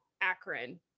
Akron